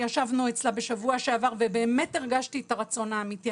ישבנו אצלה בשבוע שעבר ובאמת הרגשתי את הרצון האמיתי.